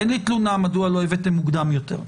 אין לי תלונה מדוע לא הבאתם מוקדם יותר.